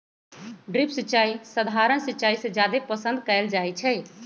drip सिंचाई सधारण सिंचाई से जादे पसंद कएल जाई छई